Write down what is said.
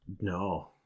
No